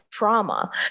trauma